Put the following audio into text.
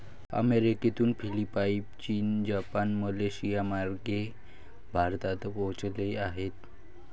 अमेरिकेतून फिलिपाईन, चीन, जपान, मलेशियामार्गे भारतात पोहोचले आहे